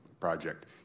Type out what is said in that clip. project